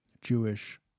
Jewish